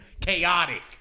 Chaotic